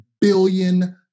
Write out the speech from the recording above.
billion